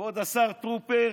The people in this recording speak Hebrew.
כבוד השר טרופר,